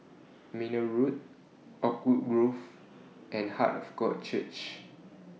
Mayne Road Oakwood Grove and Heart of God Church